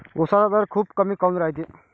उसाचा दर खूप कमी काऊन रायते?